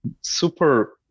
super